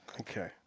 Okay